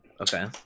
okay